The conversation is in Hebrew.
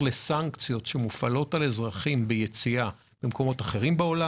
לסנקציות שמופעלות על אזרחים ביציאה במקומות אחרים בעולם?